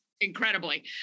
incredibly